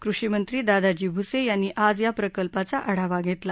कृषी मंत्री दादाजी भूसे यांनी आज या प्रकल्पाचा आढावा घेतला